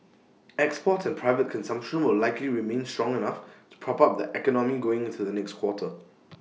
exports and private consumption will likely remain strong enough to prop up the economy going into the next quarter